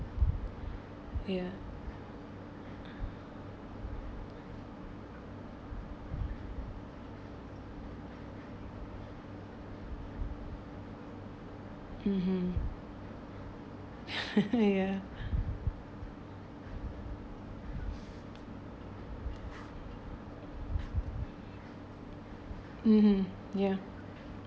ya (uh huh) ya mmhmm ya